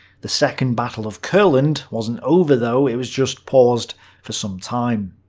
the second battle of courland wasn't over though. it was just paused for some time.